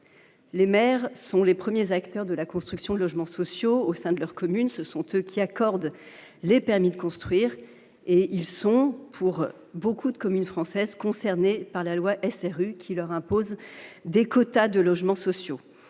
Les maires sont les premiers acteurs de la construction de logements sociaux au sein de leurs communes. Ce sont eux qui accordent les permis de construire et beaucoup de communes françaises sont concernées par la loi SRU, qui leur impose des quotas de logements sociaux.